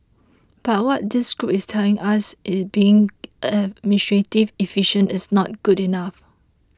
but what this group is telling us is being administratively efficient is not good enough